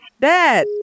Dad